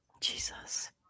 Jesus